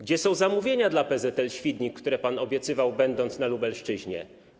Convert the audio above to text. Gdzie są zamówienia dla PZL Świdnik, które pan obiecywał, będąc na Lubelszczyźnie?